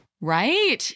Right